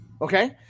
Okay